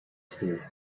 school